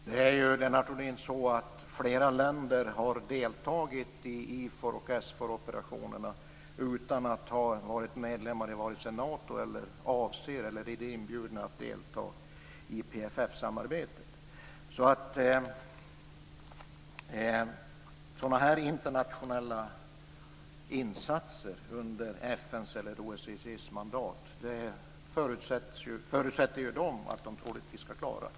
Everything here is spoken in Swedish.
Herr talman! Flera länder, Lennart Rohdin, har deltagit i IFOR/SFOR-operationerna utan att ha varit medlemmar i vare sig Nato eller avser eller har blivit inbjudna att delta i PFF-samarbetet. Dessa länder har förutsatt att de skall klara sådana internationella insatser under FN:s eller OSSE:s mandat.